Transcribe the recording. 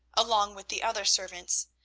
along with the other servants,